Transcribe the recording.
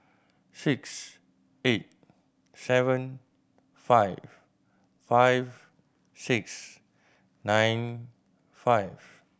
six eight seven five five six nine five